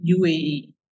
UAE